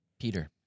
Peter